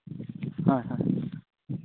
ᱦᱳᱭ ᱦᱳᱭ